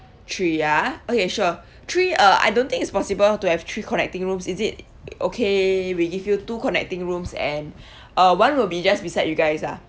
three ah okay sure three uh I don't think it's possible to have three connecting rooms is it okay we give you two connecting rooms and uh one will be just beside you guys lah